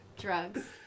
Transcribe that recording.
drugs